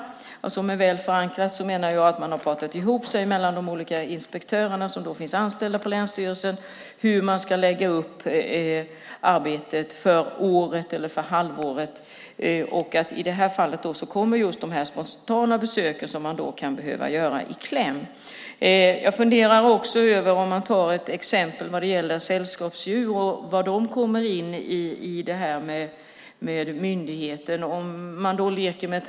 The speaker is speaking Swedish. Med väl förankrade menar jag att inspektörerna som är anställda vid länsstyrelsen pratat ihop sig om hur de ska lägga upp arbetet för året eller halvåret. Just de spontana besöken som kan behöva göras kommer då i kläm. Jag funderar också på hur det blir med sällskapsdjuren, var de kommer in. Låt mig ta ett exempel.